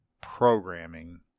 programming